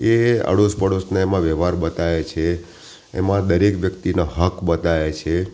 એ આડોશ પાડોશના એમાં વ્યવહાર બતાવ્યા છે એમાં દરેક વ્યક્તિના હક બતાવ્યા છે